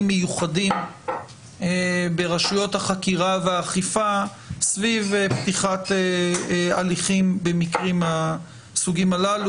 מיוחדים ברשויות החקירה והאכיפה סביב פתיחת הליכים במקרים מהסוגים הללו?